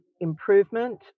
improvement